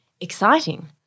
exciting